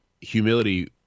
humility